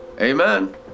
Amen